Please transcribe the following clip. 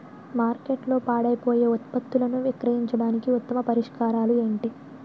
మార్కెట్లో పాడైపోయే ఉత్పత్తులను విక్రయించడానికి ఉత్తమ పరిష్కారాలు ఏంటి?